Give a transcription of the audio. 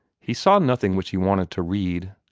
he saw nothing which he wanted to read.